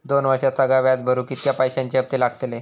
दोन वर्षात सगळा व्याज भरुक कितक्या पैश्यांचे हप्ते लागतले?